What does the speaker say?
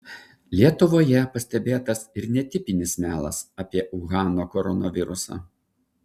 lietuvoje pastebėtas ir netipinis melas apie uhano koronavirusą